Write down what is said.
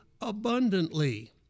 abundantly